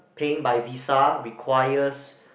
paying by visa requires